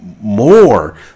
more